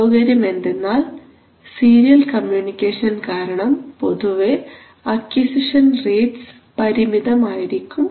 അസൌകര്യം എന്തെന്നാൽ serial communication കാരണം പൊതുവേ അക്വിസിഷൻ റേറ്റ്സ് പരിമിതമായിരിക്കും